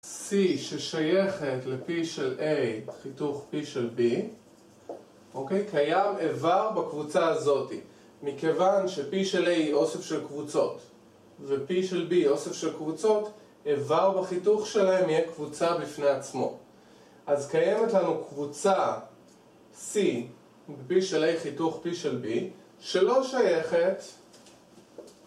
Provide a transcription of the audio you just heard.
C ששייכת לפי של A חיתוך פי של B קיים איבר בקבוצה הזאתי מכיוון שפי של A היא אוסף של קבוצות ופי של B היא אוסף של קבוצות איבר בחיתוך שלהם יהיה קבוצה בפני עצמו אז קיימת לנו קבוצה C, בפי של A חיתוך פי של B שלא שייכת